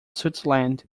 switzerland